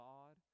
God